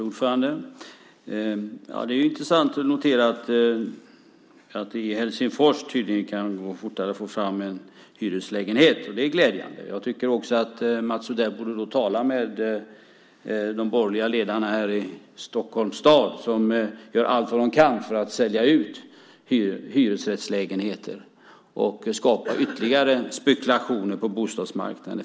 Fru talman! Det är intressant att notera att det i Helsingfors tydligen kan gå fortare att få fram en hyreslägenhet. Det är glädjande. Mats Odell borde då tala med de borgerliga ledarna i Stockholms stad som gör allt vad de kan för att sälja ut hyresrättslägenheter och skapa ytterligare spekulation på bostadsmarknaden.